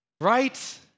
Right